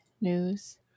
news